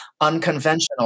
unconventional